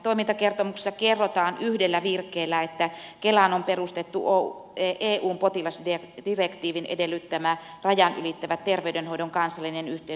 toimintakertomuksessa kerrotaan yhdellä virkkeellä että kelaan on perustettu eun potilasdirektiivin edellyttämä rajat ylittävän terveydenhoidon kansallinen yhteyspiste